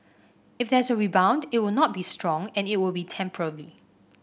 if there's a rebound it'll not be strong and it'll be temporary